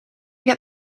get